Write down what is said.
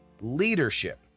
leadership